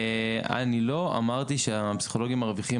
אני לא אמרתי שהפסיכולוגים מרוויחים